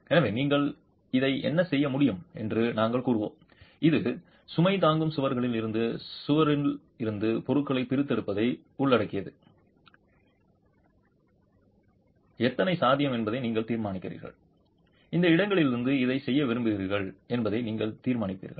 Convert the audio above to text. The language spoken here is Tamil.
எனவே நீங்கள் இதை என்ன செய்ய முடியும் என்று நாங்கள் கூறுவோம் இது சுமை தாங்கும் சுவர்களில் இருந்து சுவரில் இருந்து பொருளைப் பிரித்தெடுப்பதை உள்ளடக்கியது எத்தனை சாத்தியம் என்பதை நீங்கள் தீர்மானிப்பீர்கள் எந்த இடங்களிலிருந்து இதைச் செய்ய விரும்புகிறீர்கள் என்பதை நீங்கள் தீர்மானிப்பீர்கள்